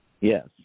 yes